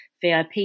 VIP